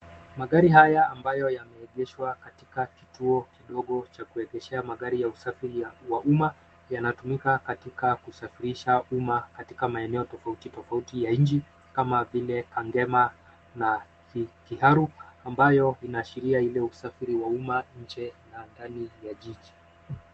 Magari haya, ambayo yameegeshwa katika kituo kidogo cha kuegeshea magari ya usafiri wa umma, yanatumika katika kusafirisha umma katika maeneo tofauti tofauti ya nchi kama vile Kangema na Kiharu, ambayo inaashiria ile usafiri wa umma nje na ndani ya jiji.